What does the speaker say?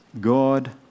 God